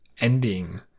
ending